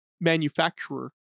manufacturer